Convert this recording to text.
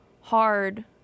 hard